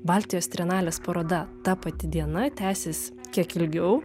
baltijos trienalės paroda ta pati diena tęsis kiek ilgiau